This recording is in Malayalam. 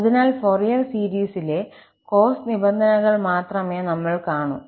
അതിനാൽ ഫൊറിയർ സീരീസിലെ cos നിബന്ധനകൾ മാത്രമേ നമ്മൾ കാണൂ